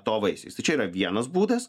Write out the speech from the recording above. to vaisiais tai čia yra vienas būdas